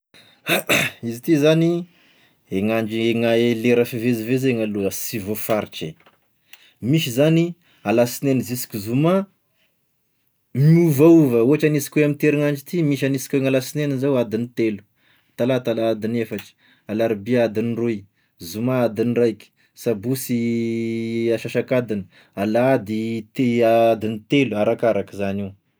Izy ty zany, de gn'andro, e na- gny lera fivezivezena aloha sy voafaritry e, misy zany alasinainy ziska zoma, miovaova ohatra hanesika hoe amty herinandro ty misy hanesika gn'alasinainy zao adiny telo, talata al- adiny efatry, alarobia adiny roy, zoma adiny raiky, sabosy asasakadiny alahady te- a adiny telo arakaraky zany io.